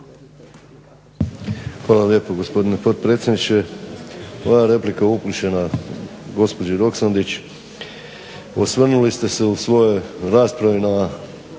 Hvala lijepo gospodine potpredsjedniče. Moja replika je upućena gospođi Roksandić. Osvrnuli ste se u svojoj raspravi na